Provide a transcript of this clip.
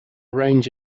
range